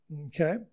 Okay